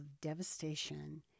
devastation